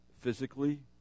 physically